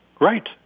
Right